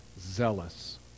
zealous